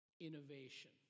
innovation